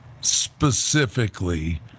specifically